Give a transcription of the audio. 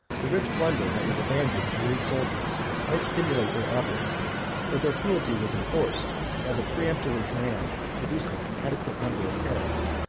the rich plunder that was abandoned to his soldiers might stimulate their avarice but their cruelty was enforced by the peremptory command of producing an adequate number of heads,